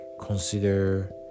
consider